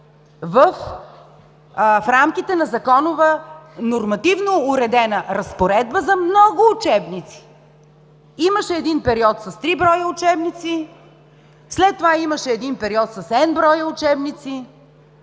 в рамките на законова нормативно уредена разпоредба за много учебници. Имаше един период с три броя учебници, след това имаше един период с „n“ броя учебници.